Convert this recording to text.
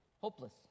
hopeless